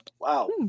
Wow